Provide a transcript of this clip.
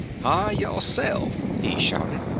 hi, yo'self! he shouted,